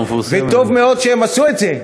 וטוב מאוד שהם עשו את זה,